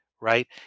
right